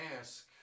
ask